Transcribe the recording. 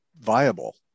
viable